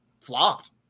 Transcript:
flopped